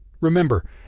Remember